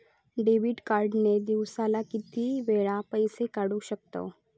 Debit card ने दिवसाला किती वेळा पैसे काढू शकतव?